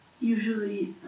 usually